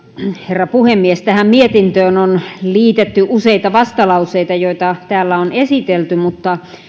herra puhemies tähän mietintöön on liitetty useita vastalauseita joita täällä on esitelty mutta